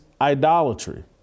idolatry